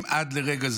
עד לרגע זה.